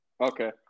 Okay